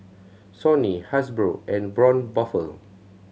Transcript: Sony Hasbro and Braun Buffel